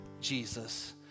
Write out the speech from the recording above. Jesus